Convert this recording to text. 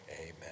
amen